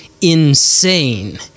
insane